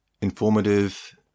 informative